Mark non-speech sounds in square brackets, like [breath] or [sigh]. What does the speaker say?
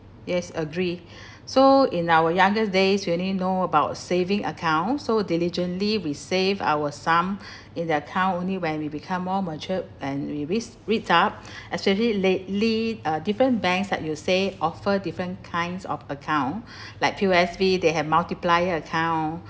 yes agree [breath] so in our younger days we only know about saving account so diligently we save our sum [breath] in the account only when we become more mature and we risk read up [breath] especially lately uh different banks like you say offer different kinds of account [breath] like P_O_S_B they have multiplier account